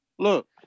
Look